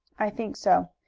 i think so.